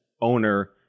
owner